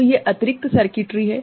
तो ये अतिरिक्त सर्किटरी हैं